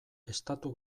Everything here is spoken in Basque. estatu